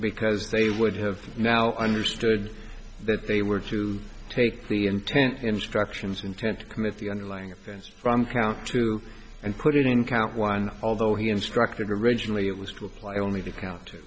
because they would have now understood that they were to take the intent instructions intent to commit the underlying offense from count two and put it in count one although he instructed originally it was only to count